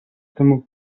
temu